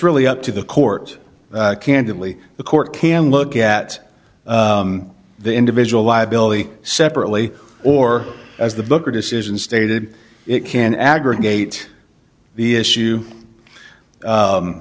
really up to the court candidly the court can look at the individual liability separately or as the booker decision stated it can aggregate the issue